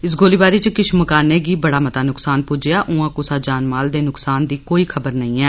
इस गोलीबारी च किश मकार्ने गी बड़ा मता नुक्सान पुज्जेआ ऊंआ कुसा जान माल दे नुकसान दी कोई खबर नेई ऐ